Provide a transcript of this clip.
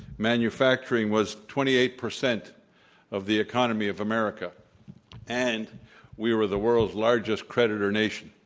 manufacturing was twenty-eight percent of the economy of america and we were the world's largest creditor nation.